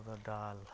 ᱟᱨ ᱩᱱᱠᱩ ᱫᱚ ᱰᱟᱞ